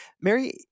Mary